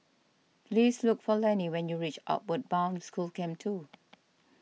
please look for Lennie when you reach Outward Bound School Camp two